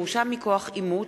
(ירושה מכוח אימוץ),